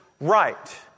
right